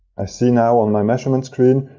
i see now on my measurements screen,